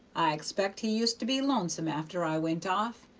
i expect he used to be lonesome after i went off,